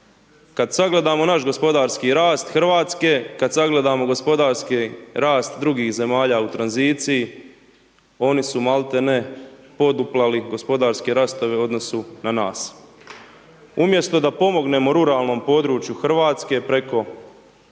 Kad sagledamo naš gospodarski rast Hrvatske, kad sagledamo gospodarski rast drugih zemalja u tranziciji, oni su maltene poduplali gospodarski rastove u odnosu na nas. Umjesto da pomognemo ruralnom području Hrvatske preko programa,